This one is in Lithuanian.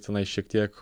tenai šiek tiek